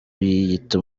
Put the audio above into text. yiyita